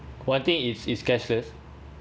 one thing is it's cashless